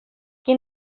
qui